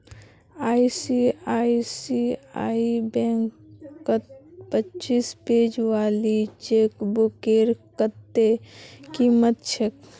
ICICI बैंकत पच्चीस page वाली चेकबुकेर कत्ते कीमत छेक